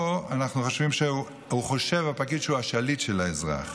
פה הפקיד חושב שהוא השליט של האזרח,